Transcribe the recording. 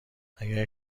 اگر